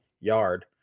yard